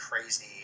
crazy